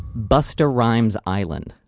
busta rhymes island